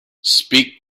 speak